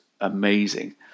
amazing